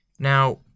Now